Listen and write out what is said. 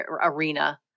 arena